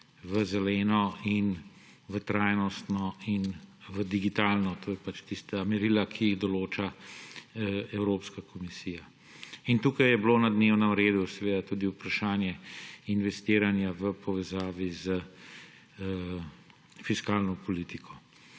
v zeleno, trajnostno in digitalno. To so pač tista merila, ki jih določa Evropska komisija. In tukaj je bilo na dnevnem redu seveda tudi vprašanje investiranja v povezavi s fiskalno politiko.